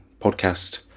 podcast